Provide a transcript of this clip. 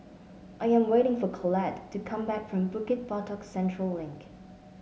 I am waiting for Colette to come back from Bukit Batok Central Link